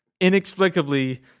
inexplicably